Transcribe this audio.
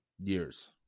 years